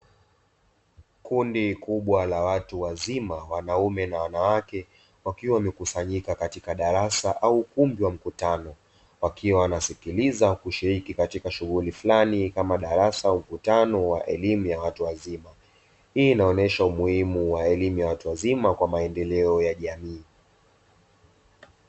Kundi kubwa la watu wazima wanaume na wanawake wakiwa wamekusanyika katika darasa au ukumbi wa mkutano, wakiwa wanasikiliza kushiriki katika shughuli flani kama darasa au mkutano wa elimu ya watu wazima, hii inaonesha umuhimu wa elimu ya watu wazima kwa maendeleo ya jamii.